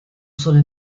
solo